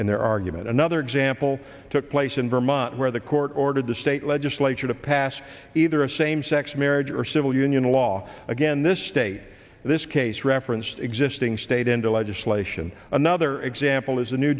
in their argument another example took place in vermont where the court ordered the state legislature to pass either a same sex marriage or civil union law again this state this case referenced existing state into legislation another example is the new